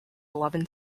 eleven